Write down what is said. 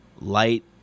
light